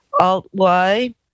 Alt-Y